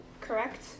Correct